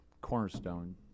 cornerstone